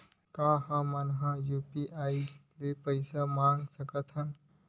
का हमन ह यू.पी.आई ले पईसा मंगा सकत हन?